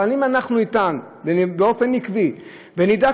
אבל אם אנחנו נטען באופן עקבי ונדע,